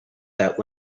that